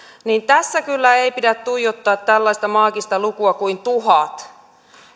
tässä kyllä ei pidä tuijottaa tällaista maagista lukua kuin tuhat